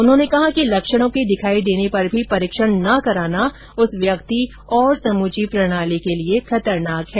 उन्होंने कहा कि लक्षणों के दिखाई देने पर भी परीक्षण न कराना उस व्यक्ति और समूची प्रणाली के लिए खतरनाक है